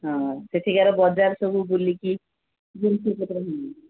ହଁ ସେଠିକାର ବଜାର ସବୁ ବୁଲିକି ଜିନିଷପତ୍ର ହଁ